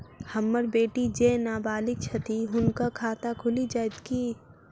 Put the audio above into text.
हम्मर बेटी जेँ नबालिग छथि हुनक खाता खुलि जाइत की?